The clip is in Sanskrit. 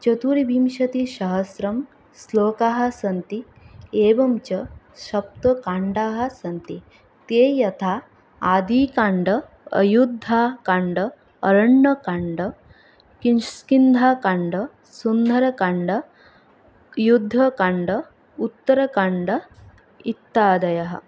चतुर्विंशतिसहस्रं श्लोकाः सन्ति एवञ्च सप्त काण्डाः सन्ति ते यथा आदिकाण्डम् अयोद्ध्याकाण्डम् अरण्यकाण्डम् किष्किन्धाकाण्डं सुन्दरकाण्डं युद्धकाण्डम् उत्तरकाण्डम् इत्यादयः